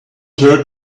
hurt